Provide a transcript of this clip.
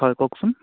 হয় কওকচোন